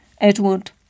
Edward